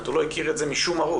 הוא לא הכיר את זה משום ערוץ.